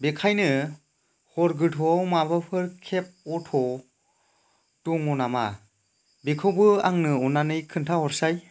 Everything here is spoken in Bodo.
बेखायनो हर गोथौआव माबाफोर केब अथ' दङ नामा बेखौबो आंनो अननानै खोन्थाहरसाय